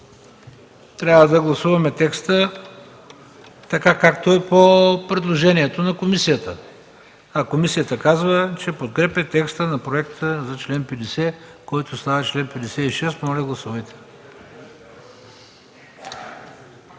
трябва да гласуваме текста така, както е по предложението на комисията, а комисията казва, че подкрепя текста на проекта за чл. 50, който става чл. 56. Моля, гласувайте.